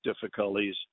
difficulties